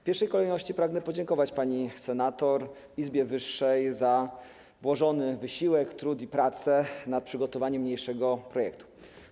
W pierwszej kolejności pragnę podziękować pani senator i Izbie wyższej za włożony wysiłek, trud i pracę nad przygotowaniem niniejszego projektu.